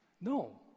No